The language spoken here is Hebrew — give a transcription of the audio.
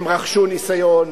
הם רכשו ניסיון,